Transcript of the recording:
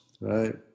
right